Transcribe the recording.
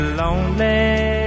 lonely